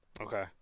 Okay